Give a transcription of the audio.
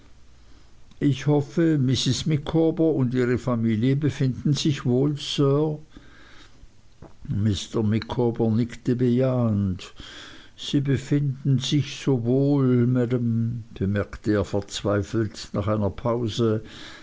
ich hoffe mrs micawber und ihre familie befinden sich wohl sir mr micawber nickte bejahend sie befinden sich so wohl maam bemerkte er verzweifelt nach einer pause